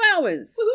hours